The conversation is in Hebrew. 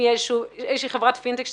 זה